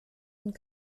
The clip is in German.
und